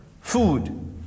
food